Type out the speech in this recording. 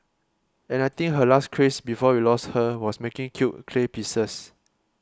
and I think her last craze before we lost her was making cute clay pieces